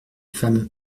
femmes